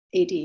AD